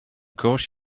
course